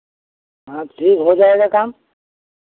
हाँ तो ठीक हो जाएगा काम